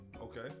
okay